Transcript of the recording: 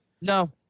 no